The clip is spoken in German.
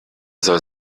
soll